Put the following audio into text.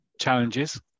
challenges